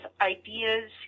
ideas